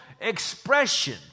expression